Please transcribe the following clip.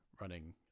running